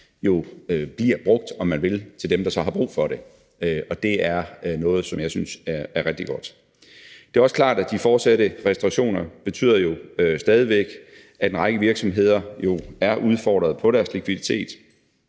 jo bliver brugt, om man vil, af dem, som så har brug for det, og det er noget, som jeg synes er rigtig godt. Det er også klart, at de fortsatte restriktioner jo stadig væk betyder, at en række virksomheder er udfordret på deres likviditet.